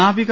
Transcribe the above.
നാവിക